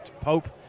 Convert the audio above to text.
Pope